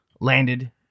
landed